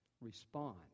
Respond